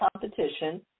competition